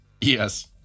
Yes